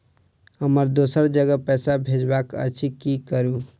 हमरा दोसर जगह पैसा भेजबाक अछि की करू?